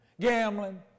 Gambling